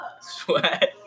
sweat